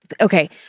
Okay